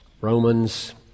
Romans